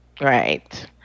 Right